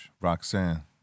Roxanne